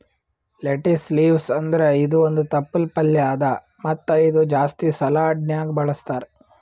lettuce leaves ಅಂದುರ್ ಇದು ಒಂದ್ ತಪ್ಪಲ್ ಪಲ್ಯಾ ಅದಾ ಮತ್ತ ಇದು ಜಾಸ್ತಿ ಸಲಾಡ್ನ್ಯಾಗ ಬಳಸ್ತಾರ್